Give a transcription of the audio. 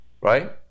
right